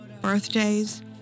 birthdays